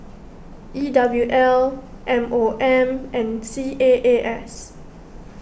E W L M O M and C A A S